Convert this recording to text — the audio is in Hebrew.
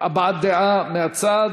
הבעת דעה מהצד.